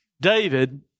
David